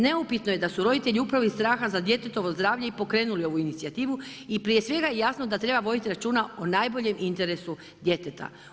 Neupitno je da su roditelji upravo iz straha za djetetovo zdravlje i pokrenuli ovu inicijativu i prije svega je jasno da treba voditi računa o najboljem interesu djeteta.